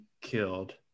killed